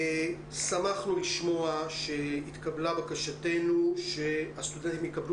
שמחנו לשמוע שהתקבלה בקשתנו שהסטודנטים יקבלו